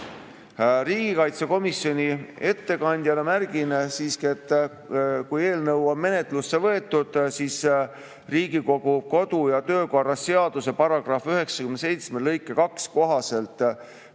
Riigikaitsekomisjoni ettekandjana märgin siiski, et kui eelnõu on menetlusse võetud, siis Riigikogu kodu‑ ja töökorra seaduse § 97 lõike 2 kohaselt peab